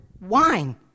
wine